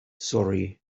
sorry